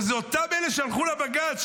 אלה אותם אלה שהלכו לבג"ץ,